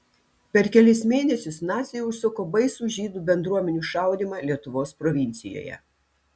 per kelis kitus mėnesius naciai užsuko baisų žydų bendruomenių šaudymą lietuvos provincijoje